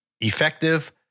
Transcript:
effective